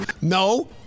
No